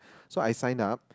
so I signed up